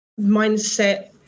mindset